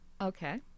Okay